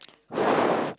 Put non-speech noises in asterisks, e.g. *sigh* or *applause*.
*breath*